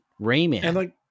Rayman